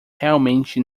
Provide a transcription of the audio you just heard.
realmente